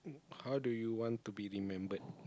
how do you want to be remembered